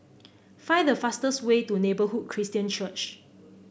find the fastest way to Neighbourhood Christian Church